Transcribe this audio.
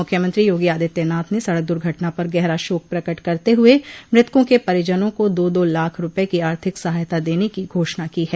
मुख्यमंत्री योगी आदित्यनाथ ने सड़क दुर्घटना पर गहरा शोक प्रकट करते हुए मृतकों के परिजनों को दो दो लाख रूपये की आर्थिक सहायता देने की घोषणा की है